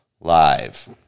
live